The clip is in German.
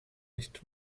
nicht